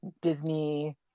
Disney